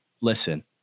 listen